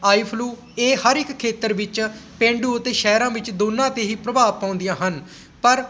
ਆਈ flu ਇਹ ਹਰ ਇੱਕ ਖੇਤਰ ਵਿੱਚ ਪੇਂਡੂ ਅਤੇ ਸ਼ਹਿਰਾਂ ਵਿੱਚ ਦੋਨਾਂ 'ਤੇ ਹੀ ਪ੍ਰਭਾਵ ਪਾਉਂਦੀਆਂ ਹਨ ਪਰ